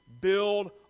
build